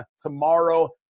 tomorrow